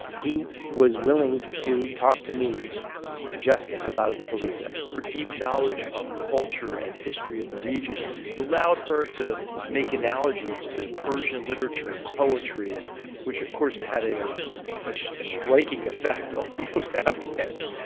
he was willing to talk to me just about felisa her deep knowledge of culture and history of the region allowed her to make analogies to persian literature and poetry and which of course had a ah striking effect on most afghans.